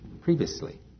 previously